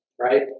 Right